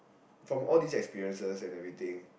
from all these experiences and everything